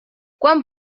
quan